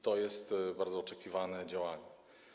To jest bardzo oczekiwane działanie.